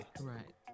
Right